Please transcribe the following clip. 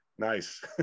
nice